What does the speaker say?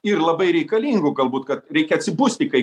ir labai reikalingų galbūt kad reikia atsibusti kai